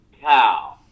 cow